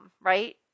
right